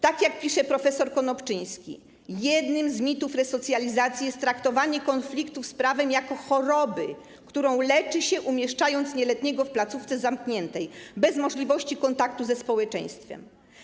Tak jak pisze prof. Konopczyński: Jednym z mitów resocjalizacji jest traktowanie konfliktów z prawem jako choroby, którą leczy się, umieszczając nieletniego w placówce zamkniętej bez możliwości kontaktu ze społeczeństwem.